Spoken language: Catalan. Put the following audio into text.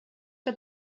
que